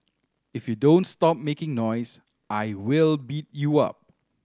if you don't stop making noise I will beat you up